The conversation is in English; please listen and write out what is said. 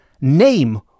name